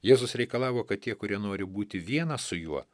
jėzus reikalavo kad tie kurie nori būti vienas su juo